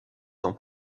son